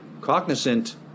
Cognizant